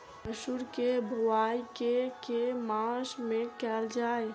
मसूर केँ बोवाई केँ के मास मे कैल जाए?